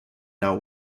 now